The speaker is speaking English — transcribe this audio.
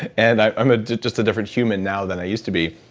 and i'm ah just a different human now, than i used to be.